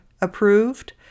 approved